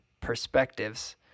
perspectives